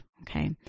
Okay